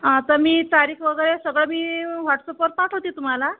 हां तर मी तारीख वगैरे सगळं मी व्हॉट्सअपवर पाठवते तुम्हाला